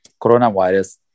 coronavirus